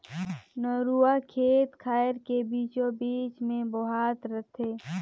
नरूवा खेत खायर के बीचों बीच मे बोहात रथे